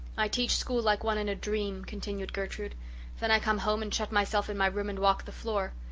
i teach school like one in a dream, continued gertrude then i come home and shut myself in my room and walk the floor.